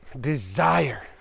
Desire